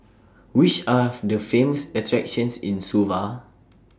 Which Are The Famous attractions in Suva